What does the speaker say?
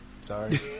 sorry